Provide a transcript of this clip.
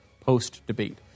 post-debate